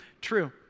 true